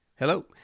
Hello